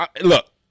Look